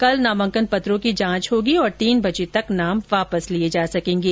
कल नामांकन पत्रों की जांच होगी और तीन बजे तक नाम वापस लिये जा संकेगे